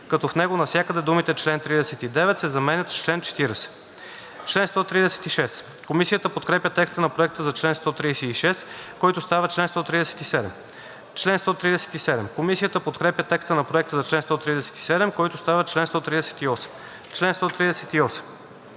като в него навсякъде думите „чл. 39“ се заменят с „чл. 40“. Комисията подкрепя текста на Проекта за чл. 136, който става чл. 137. Комисията подкрепя текста на Проекта за чл. 137, който става чл. 138. По чл.